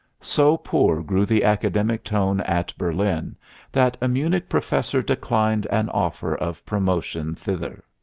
so poor grew the academic tone at berlin that a munich professor declined an offer of promotion thither.